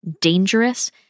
dangerous